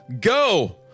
go